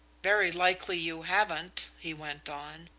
very likely you haven't, he went on.